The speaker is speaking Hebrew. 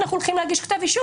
ואנחנו הולכים להגיש כתב אישום",